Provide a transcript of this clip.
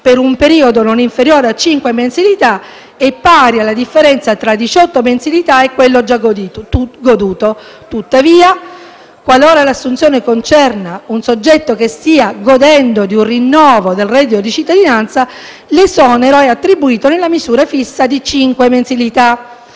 per un periodo non inferiore a cinque mensilità e pari alla differenza tra diciotto mensilità e quello già goduto; tuttavia, qualora l'assunzione concerna un soggetto che stia godendo di un rinnovo del reddito di cittadinanza, l'esonero è attribuito nella misura fissa di cinque mensilità.